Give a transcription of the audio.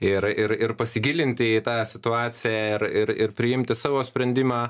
ir ir ir pasigilinti į tą situaciją ir ir ir priimti savo sprendimą